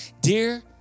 dear